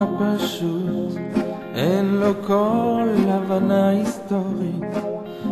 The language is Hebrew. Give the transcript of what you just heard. אין לו פשוט, אין לו כל הבנה היסטורית